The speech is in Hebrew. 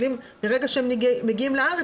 אם שנתיים לא אוישו התפקידים האלה,